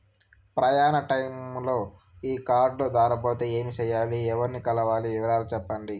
ప్రయాణ టైములో ఈ కార్డులు దారబోతే ఏమి సెయ్యాలి? ఎవర్ని కలవాలి? వివరాలు సెప్పండి?